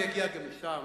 אה, אני אגיע גם לשם.